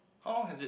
how long has it